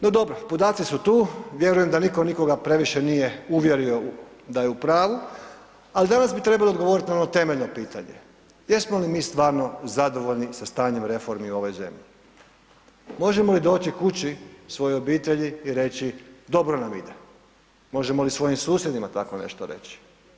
No dobro, podaci su tu vjerujem da nitko nikoga previše nije uvjerio da je u pravu, ali danas bi trebalo odgovoriti na ono temeljno pitanje jesmo li mi stvarno zadovoljni sa stanjem reformi u ovoj zemlju, možemo li doći kući svojoj obitelji i reći dobro nam ide, možemo li svojim susjedima tako nešto reći.